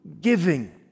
giving